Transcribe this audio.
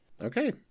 Okay